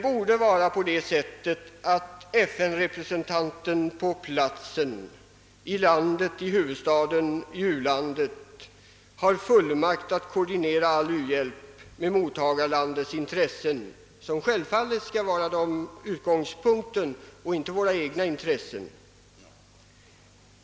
FN-representanten i respektive u-lands huvudstad bör få fullmakt att koordinera all u-hjälp med mottagarlandets intressen, som självfallet skall vara utgångspunkten, inte våra egna.